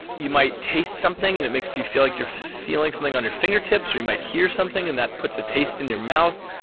you might taste something and it makes you feel like you're feeling something on your fingertips, or you might hear something and that puts a taste in your mouth.